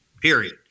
period